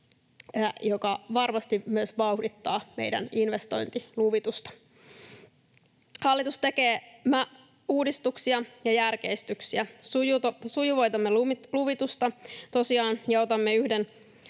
joka varmasti vauhdittaa meidän investointiluvitusta. Hallitus tekee uudistuksia ja järkeistyksiä: Sujuvoitamme tosiaan luvitusta ja otamme yhden